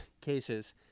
cases